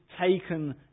taken